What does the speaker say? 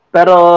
Pero